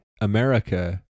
america